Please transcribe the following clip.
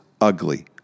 ugly